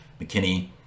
McKinney